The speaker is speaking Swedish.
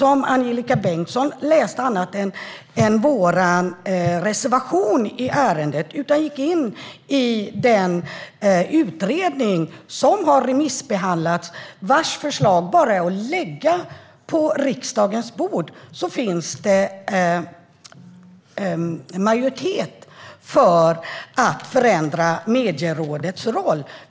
Så om Angelika Bengtsson inte bara läste vår reservation i ärendet utan gick in i den utredning som har remissbehandlats och vars förslag bara är att lägga på riksdagens bord skulle hon se att det finns en majoritet för att förändra Medierådets roll.